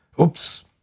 Oops